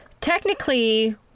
technically